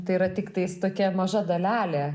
tai yra tiktais tokia maža dalelė